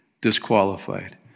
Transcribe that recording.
disqualified